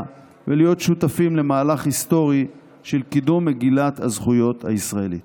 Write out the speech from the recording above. ולהיות שותפים למהלך היסטורי של קידום מגילת הזכויות הישראלית.